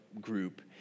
group